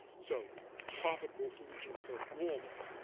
so profitable solutions for walmart.